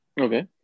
Okay